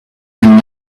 and